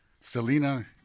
Selena